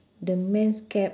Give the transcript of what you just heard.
the man's cap